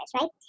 right